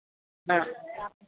हाँ